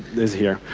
this here.